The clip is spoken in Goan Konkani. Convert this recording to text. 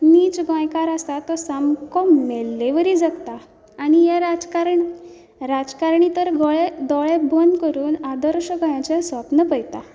नीज गोंयकार आसा तो सामको मेल्ले वरी जगता आनी हें राजकारण राजकारणी तर गोळे दोळे बंद करून आदर्श गोंयचें सपन पळयतात